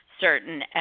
certain